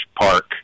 park